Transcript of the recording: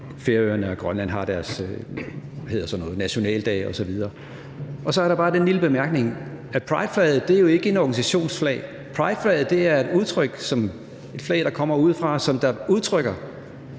Færøerne og Grønland har deres nationaldag osv. Og så er der bare den lille bemærkning, at prideflaget jo ikke er en organisations flag. Prideflaget er et flag, der kommer udefra, som udtrykker